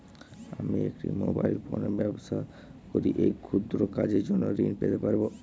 আমি একটি মোবাইল ফোনে ব্যবসা করি এই ক্ষুদ্র কাজের জন্য ঋণ পেতে পারব?